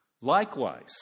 Likewise